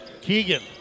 Keegan